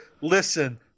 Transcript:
listen